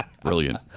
Brilliant